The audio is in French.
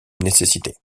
nécessité